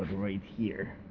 right here.